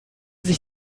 sich